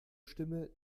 stimme